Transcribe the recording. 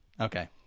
Okay